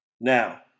Now